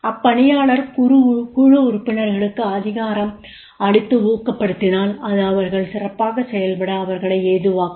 அப்பணியாளர் குழு உறுப்பினர்களுக்கு அதிகாரம் அளித்து ஊக்கப்படுத்தினால் அது அவர்கள் சிறப்பாகச் செயல்பட அவர்களை ஏதுவாக்கும்